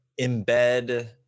embed